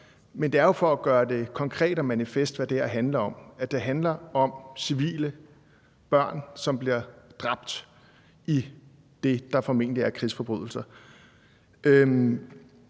men det er jo for at gøre det konkret og manifest, hvad det her handler om, altså at det handler om civile, børn, som bliver dræbt i det, der formentlig er krigsforbrydelser,